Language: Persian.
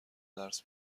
درس